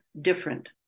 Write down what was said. different